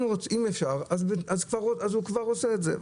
אם אפשר אז הוא כבר עושה את זה.